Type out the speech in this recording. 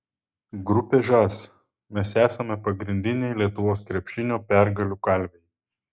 grupė žas mes esame pagrindiniai lietuvos krepšinio pergalių kalviai